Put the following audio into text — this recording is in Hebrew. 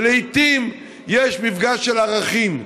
ולעיתים יש מפגש של ערכים,